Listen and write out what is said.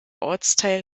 ortsteil